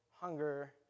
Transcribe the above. hunger